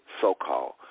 so-called